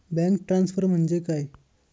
Bank transfer म्हणजे काय?